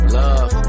love